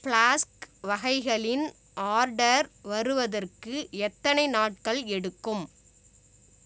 flask வகைகளின் order வருவதற்கு எத்தனை நாட்கள் எடுக்கும்